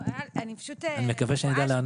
אני מקווה שאני אדע לענות.